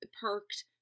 perked